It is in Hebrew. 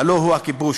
הלוא הוא הכיבוש.